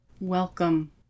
welcome